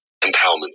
empowerment